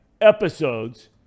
episodes